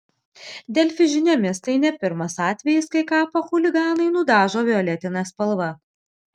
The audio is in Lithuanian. delfi žiniomis tai ne pirmas atvejis kai kapą chuliganai nudažo violetine spalva